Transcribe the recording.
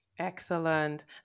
Excellent